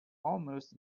almost